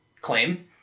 claim